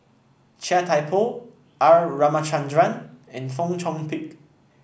Chia Thye Poh R Ramachandran and Fong Chong Pik